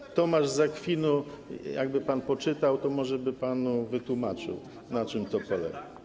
I Tomasz z Akwinu, jakby pan poczytał, to może by panu wytłumaczył, na czym to polega.